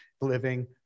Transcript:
living